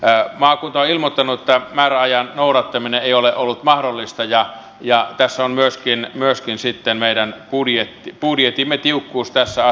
maakunta on ilmoittanut että määrärajan noudattaminen ei ole ollut mahdollista ja tässä on myöskin sitten meidän budjettimme tiukkuus tässä asiassa